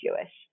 Jewish